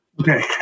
Okay